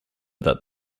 that